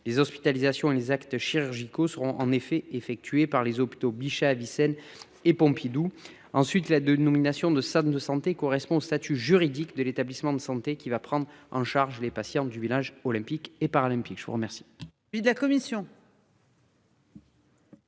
Les hospitalisations et les actes chirurgicaux seront en effet du ressort des hôpitaux Bichat, Avicenne et Pompidou. En outre, la dénomination « centre de santé » correspond au statut juridique de l'établissement de santé qui prendra en charge les patients du village olympique et paralympique. Quel